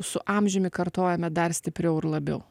su amžiumi kartojame dar stipriau ir labiau